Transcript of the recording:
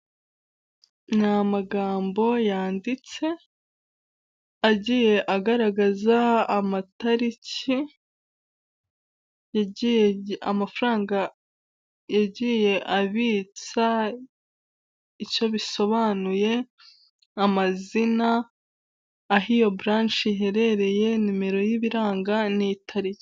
Ni amagambo yanditse, agiye agaragaza amatariki amafaranga yagiye abitsa, icyo bisobanuye, amazina, aho iyo buranshi iherereye, nimero y'ibiranga n'itariki.